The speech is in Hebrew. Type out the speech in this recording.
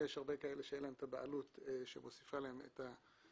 יש כאלה שאין להם את הבעלות שמוסיפה להם את הכסף.